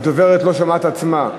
הדוברת לא שומעת את עצמה,